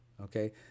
okay